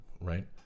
right